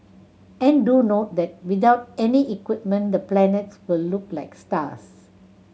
and do note that without any equipment the planets will look like stars